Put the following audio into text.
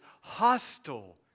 hostile